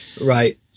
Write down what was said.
right